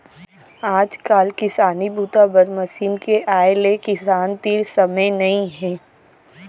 आजकाल किसानी बूता बर मसीन के आए ले किसान तीर समे नइ हे